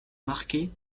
marqué